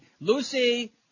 Lucy